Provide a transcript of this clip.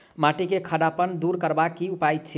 माटि केँ खड़ापन दूर करबाक की उपाय थिक?